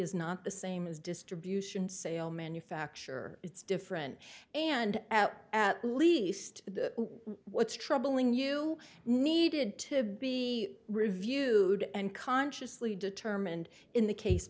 is not the same as distribution sale manufacture it's different and at least what's troubling you needed to be reviewed and consciously determined in the case